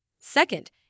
Second